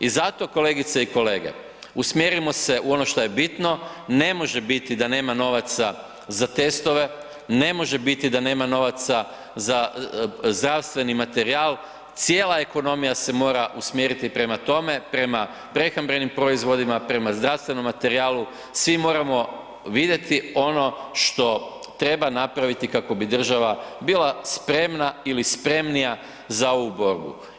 I zato kolegice i kolege, usmjerimo se u ono šta je bitno, ne može biti da nema novaca za testove, ne može biti da nema novaca za zdravstveni materijal, cijela ekonomija se mora usmjeriti prema tome, prema prehrambenim proizvodima, prema zdravstvenom materijalu, svi moramo vidjeti ono što treba napraviti kako bi država bila spremna ili spremnija za ovu borbu.